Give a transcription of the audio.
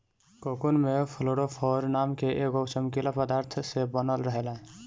cocoon में fluorophore नाम के एगो चमकीला पदार्थ से बनल रहेला